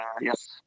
yes